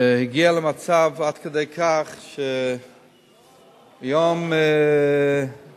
זה הגיע למצב עד כדי כך שביום חמישי,